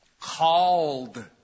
called